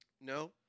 No